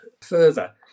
further